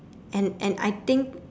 and and I think